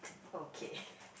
okay